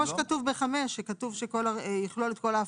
שכתוב ב-5, שכתוב יכלול את כל ההפרשות.